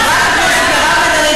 חברת הכנסת מירב בן ארי,